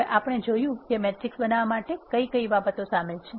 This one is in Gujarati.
હવે આપણે જોયું કે મેટ્રિક્સ બનાવવા માટે કઈ બાબતો શામેલ છે